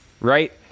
right